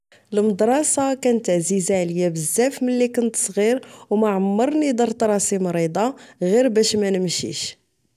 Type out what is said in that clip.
المدرسة كانت عزيزة علي بزاف ملي كنت صغير او معمرني درت راسي مريضة غير باش منمشيش